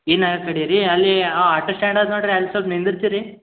ಇನ್ ಆಗಾ ಕಡಿರಿ ಅಲ್ಲಿ ಆ ಆಟೋ ಸ್ಟ್ಯಾಂಡ್ ಅದ ನೋಡ್ರಿ ಅಲ್ಲಿ ಸೊಲ್ಪ ನಿಂದಿರ್ತೀರಿ